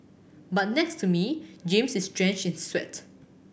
but next to me James is drenched in sweat